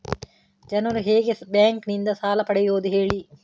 ಜನರು ಹೇಗೆ ಬ್ಯಾಂಕ್ ನಿಂದ ಸಾಲ ಪಡೆಯೋದು ಹೇಳಿ